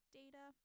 data